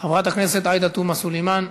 חברת הכנסת עאידה תומא סלימאן,